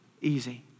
easy